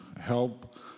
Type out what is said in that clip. help